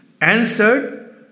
answered